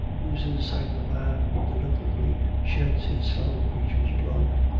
loses sight of the man who deliberately sheds his fellow creature's blood.